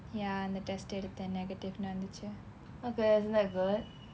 ya அந்த:antha test எடுத்தேன்:eduthen negative னு வந்துச்சு:nu vanthuchu